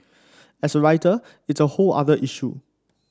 as a writer it's a whole other issue